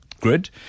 grid –